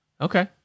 Okay